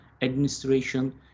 administration